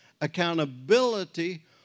accountability